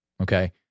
Okay